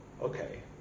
Okay